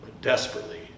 desperately